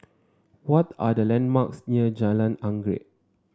what are the landmarks near Jalan Anggerek